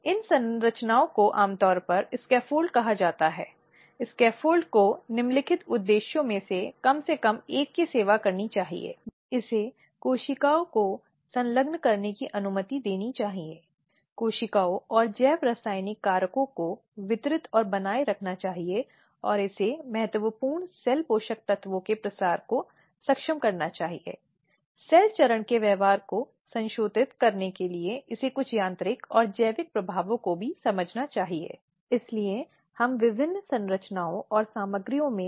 जैसा कि हमने पहले ही कहा है कि शिकायत लिखित के रूप में दाखिल होनी चाहिए कानून के तहत एक प्रावधान है की शिकायतकर्ता द्वारा गवाह आदि के नाम के साथ 6 प्रतियाँ दी जा रही हों जो शिकायत को शुरू करना चाहता है यह उसे उन स्थितियों में लिखने के लिए कम करता है जहां शिकायतकर्ता को इसे लिखित रूप में देना मुश्किल लगता है